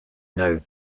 know